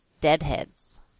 deadheads